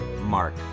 mark